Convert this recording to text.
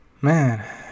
Man